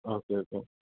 okay okay